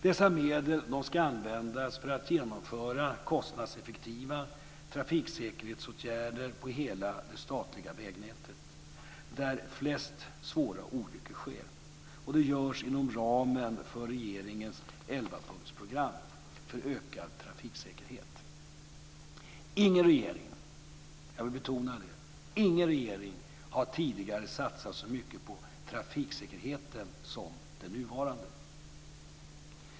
Dessa medel ska användas för att genomföra kostnadseffektiva trafiksäkerhetsåtgärder på hela det statliga vägnätet där flest svåra olyckor sker. Det görs inom ramen för regeringens 11-punktsprogram för ökad trafiksäkerhet. Ingen regering har tidigare satsat så mycket på trafiksäkerheten som den nuvarande.